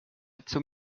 zum